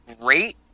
great